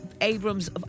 Abrams